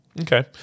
Okay